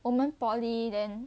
我们 poly then